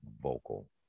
vocal